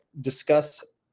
discuss